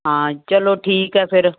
ਹਾਂ ਚਲੋ ਠੀਕ ਹੈ ਫਿਰ